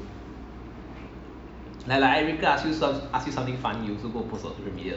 eh you save the video next time let her hear the child